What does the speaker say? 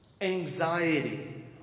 Anxiety